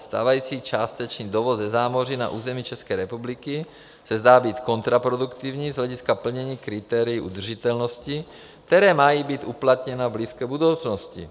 Stávající částečný dovoz ze zámoří na území České republiky se zdá být kontraproduktivní z hlediska plnění kritérií udržitelnosti, která mají být uplatněna v blízké budoucnosti.